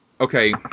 okay